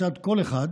מצד כל אחד: